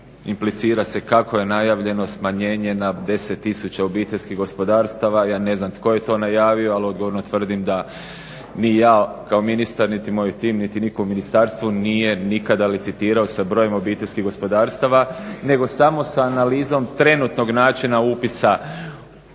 implicira se kako je najavljeno smanjenje na 10 tisuća OPG-a, ja ne znam tko je to najavio, ali odgovorno tvrdim da ni ja kao ministar niti moj tim niti nitko u Ministarstvu nije nikada licitirao sa brojem obiteljskih gospodarstava, nego samo sa analizom trenutnog načina upisa u